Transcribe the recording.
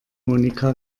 monika